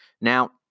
Now